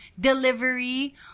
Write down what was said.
delivery